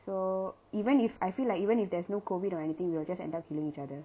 so even if I feel like even if there's no COVID or anything we'll just end up killing each other